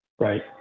right